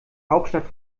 hauptstadt